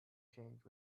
changed